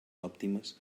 òptimes